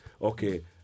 okay